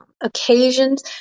occasions